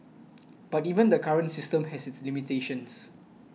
but even the current system has its limitations